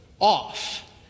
off